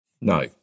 No